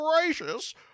gracious